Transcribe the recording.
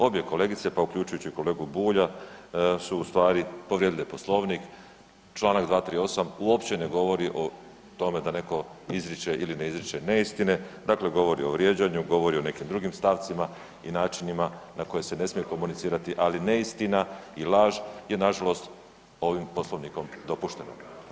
Obje kolegice, pa uključujući i kolegu Bulja su u stvari povrijedile Poslovnik, čl. 238. uopće ne govori o tome da neko izriče ili ne izriče neistine, dakle govori o vrijeđanju, govori o nekim drugim stavcima i načinima na koje se ne smije komunicirati, ali neistina i laž je nažalost ovim Poslovnikom dopuštena.